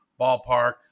ballpark